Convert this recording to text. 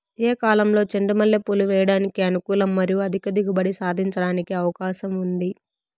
ఏ కాలంలో చెండు మల్లె పూలు వేయడానికి అనుకూలం మరియు అధిక దిగుబడి సాధించడానికి అవకాశం ఉంది?